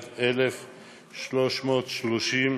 81,330,